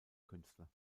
künstler